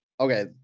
Okay